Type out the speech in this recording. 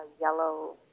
yellow